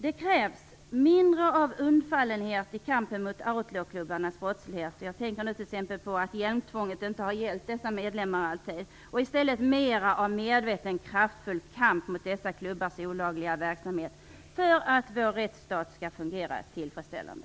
Det krävs mindre av undfallenhet i kampen mot outlaw-klubbarnas brottslighet. Jag tänker t.ex. på detta att hjälmtvånget inte alltid har gällt dessa medlemmar. Det krävs mer av medveten, kraftfull kamp mot dessa klubbars olagliga verksamhet för att vår rättsstat skall fungera tillfredsställande.